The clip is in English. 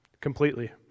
Completely